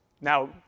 Now